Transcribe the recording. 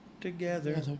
together